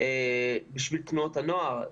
בשביל תנועות הנוער.